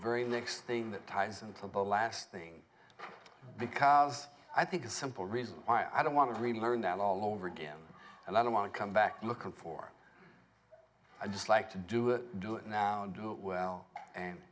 very next thing that ties into both last thing because i think a simple reason why i don't want to really learn that all over again and i don't want to come back looking for i just like to do it do it now and do it well and